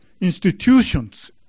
institutions